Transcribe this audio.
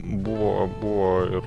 buvo buvo ir